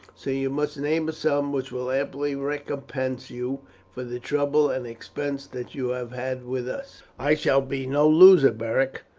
so you must name a sum which will amply recompense you for the trouble and expense that you have had with us. i shall be no loser, beric.